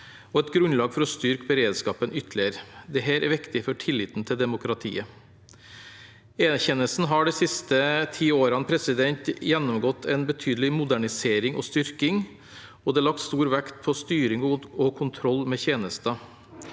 og et grunnlag for å styrke beredskapen ytterligere. Dette er viktig for tilliten til demokratiet. E-tjenesten har de siste ti årene gjennomgått en betydelig modernisering og styrking, og det er lagt stor vekt på styring og kontroll med tjenesten.